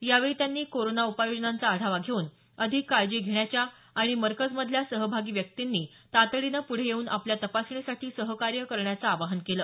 यावेळी त्यांनी कोरोना उपाययोजनांचा आढावा घेऊन अधिक काळजी घेण्याच्या आणि मरकजमधल्या सहभागी व्यक्तींनी तातडीने पूढे येऊन आपल्या तपासणीसाठी सहकार्य करण्याचं आवाहन केलं